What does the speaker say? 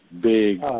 big